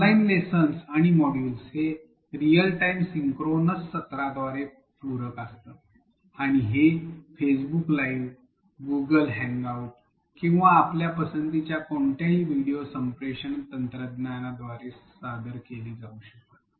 online lessons आणिं module हे real time synchronous सत्राद्वारे पूरक असतात आणि हे फेसबुक लाइव्ह गूगल हँगआउट किंवा आपल्या पसंतीच्या कोणत्याही व्हिडिओ संप्रेषण तंत्रज्ञान साधनांद्वारे केले जाऊ शकतात